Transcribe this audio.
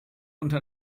unter